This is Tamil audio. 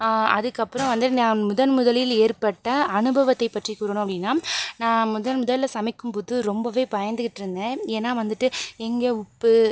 அதுக்கப்பறம் வந்துட்டு நான் முதன் முதலில் ஏற்பட்ட அனுபவத்தை பற்றி கூறணும் அப்படின்னா நான் முதன் முதலில் சமைக்கும்போது ரொம்பவே பயந்துகிட்டிருந்தேன் ஏனால் வந்துட்டு எங்கே உப்பு